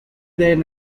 than